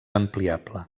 ampliable